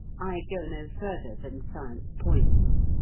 i go no further than science points.